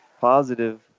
positive